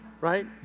Right